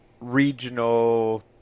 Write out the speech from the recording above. regional